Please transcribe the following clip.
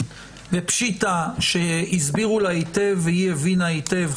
ופשיטא שהסבירו לה היטב והיא הבינה היטב,